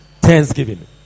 Thanksgiving